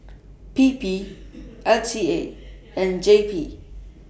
P P L T A and J P